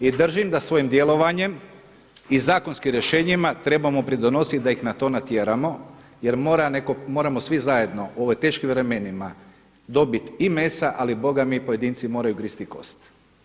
I držim da svojim djelovanjem i zakonskim rješenjima trebamo pridonositi da ih na to natjeramo jer mora netko, moramo svi zajedno u ovim teškim vremenima dobiti i mesa ali bogami pojedinci moraju gristi i kost.